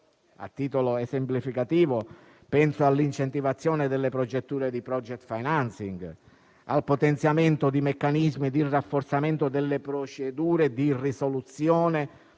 a titolo esemplificativo penso all'incentivazione delle procedure di *project financing,* al potenziamento di meccanismi di rafforzamento delle procedure di risoluzione